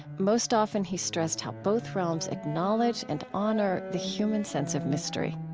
most often he stressed how both realms acknowledge and honor the human sense of mystery